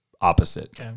opposite